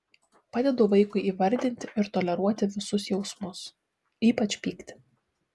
padedu vaikui įvardinti ir toleruoti visus jausmus ypač pyktį